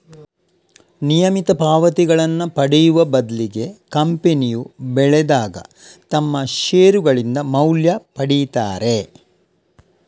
ನಿಯಮಿತ ಪಾವತಿಗಳನ್ನ ಪಡೆಯುವ ಬದ್ಲಿಗೆ ಕಂಪನಿಯು ಬೆಳೆದಾಗ ತಮ್ಮ ಷೇರುಗಳಿಂದ ಮೌಲ್ಯ ಪಡೀತಾರೆ